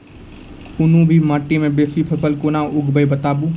कूनू भी माटि मे बेसी फसल कूना उगैबै, बताबू?